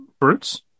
Brutes